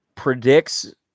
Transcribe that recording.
Predicts